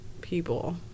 People